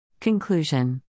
Conclusion